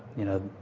you know,